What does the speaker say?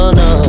no